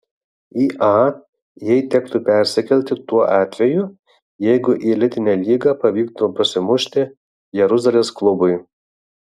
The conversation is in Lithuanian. į a jai tektų persikelti tuo atveju jeigu į elitinę lygą pavyktų prasimušti jeruzalės klubui